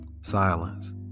Silence